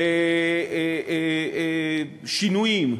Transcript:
ושינויים,